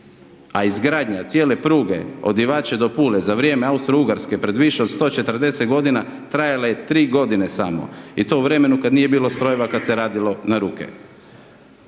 a izgradnja cijele pruge od Ivače do Pule za vrijeme Austrougarske pije više od 140 g. trajala je 3 godine samo i tu vremenu kada nije bilo strojeva kada se radilo na ruke.